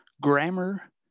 grammar